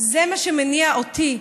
זה מה שמניע אותי,